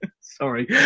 Sorry